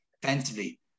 Defensively